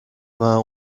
vingt